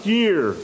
year